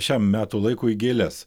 šiam metų laikui gėles